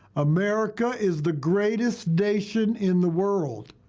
america is the greatest nation in the world.